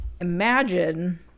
imagine